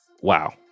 wow